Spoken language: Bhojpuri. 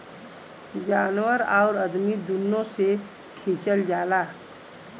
जानवर आउर अदमी दुनो से खिचल जाला